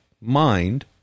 mind